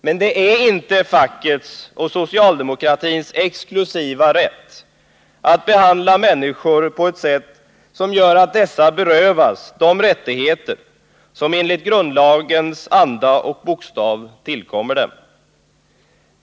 Men det är inte fackets och socialdemokratins exklusiva rätt att behandla människor på ett sätt som gör att dessa berövas de rättigheter som enligt grundlagens anda och bokstav tillkommer dem.